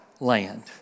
land